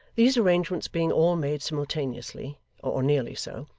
these arrangements being all made simultaneously, or nearly so,